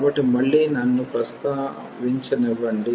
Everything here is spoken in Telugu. కాబట్టి మళ్ళీ నన్ను ప్రస్తావించనివ్వండి